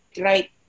right